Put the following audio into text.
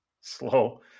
slow